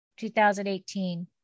2018